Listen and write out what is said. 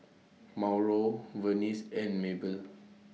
Mauro Venice and Maebell